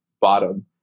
bottom